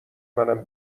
منم